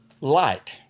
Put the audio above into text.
light